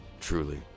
truly